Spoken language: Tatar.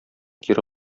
кире